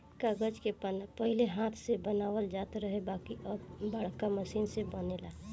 कागज के पन्ना पहिले हाथ से बनावल जात रहे बाकिर अब बाड़का मशीन से बनेला